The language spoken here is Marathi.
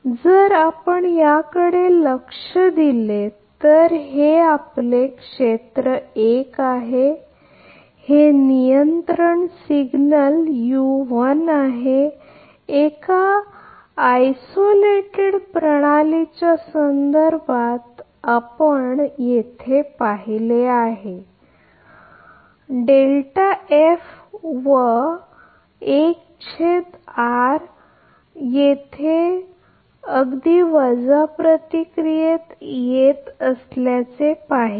तर जर आपण याकडे लक्ष दिले तर हे आपले क्षेत्र 1 आहे हे एक नियंत्रण सिग्नल आहे एका आयसोलेटेड प्रणालीच्या संदर्भात हे आपण येथे पाहिले व हे अगदी वजा प्रतिक्रियेत येत असल्याचे पाहिले